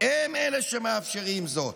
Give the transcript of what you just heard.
הם אלה שמאפשרים זאת.